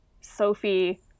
Sophie